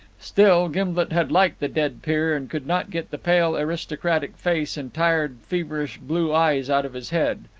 still gimblet had liked the dead peer, and could not get the pale aristocratic face and tired, feverish blue eyes out of his head.